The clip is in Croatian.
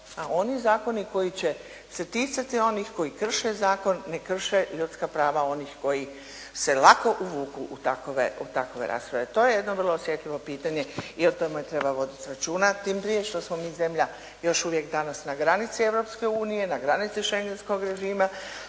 a oni zakoni koji će se ticati onih koji krše zakon ne krše ljudska prava onih koji se lako uvuku u takove rasprave. To je jedno vrlo osjetljivo pitanje i o tome treba voditi računa, tim prije što smo mi zemlja još uvijek danas na granici Europske unije, na granici šengenskog režima,